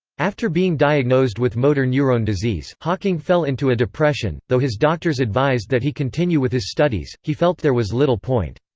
after being diagnosed with motor neurone disease, hawking fell into a depression though his doctors advised that he continue with his studies, he felt there was little point.